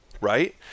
right